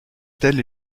tel